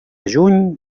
juny